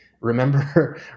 Remember